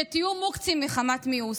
שתהיו מוקצים מחמת מיאוס,